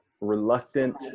reluctant